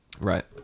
Right